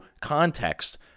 context